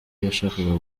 yashakaga